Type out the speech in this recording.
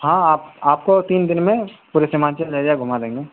ہاں آپ آپ کو تین دن میں پورے سیمانچل ایریا گھما دیں گے